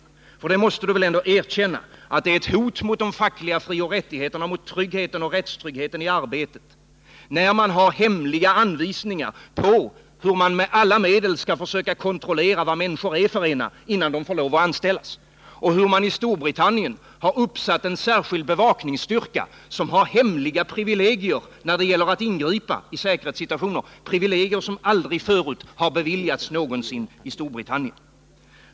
För Olof Palme måste väl ändå erkänna att det är ett hot mot de fackliga frioch rättigheterna och mot rättstryggheten i arbetet, när man har hemliga anvisningar för hur man med alla medel skall försöka kontrollera vad människor är för ena, innan de får lov att anställas? I Storbritannien har man uppsatt en särskild bevakningsstyrka, som har hemliga privilegier när det gäller att ingripa i säkerhetssituationer, privilegier som aldrig förut har beviljats i Storbritannien.